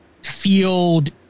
field